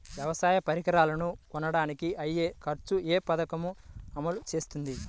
వ్యవసాయ పరికరాలను కొనడానికి అయ్యే ఖర్చు ఏ పదకము అమలు చేస్తుంది?